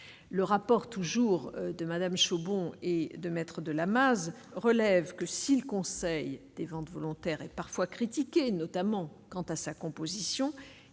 le rapport toujours de Madame Michaud bon et de Me de Lamaze relève que si le Conseil des ventes volontaires et parfois critiquée, notamment quant à sa composition,